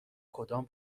کدام